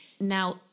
Now